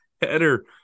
header